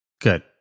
Good